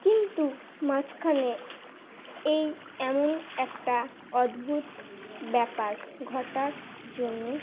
কিন্তু মাঝখানে এই এমন একটা অদ্ভুত ব্যাপার ঘটার জন্য